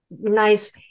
nice